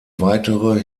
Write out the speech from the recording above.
weitere